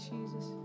Jesus